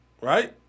right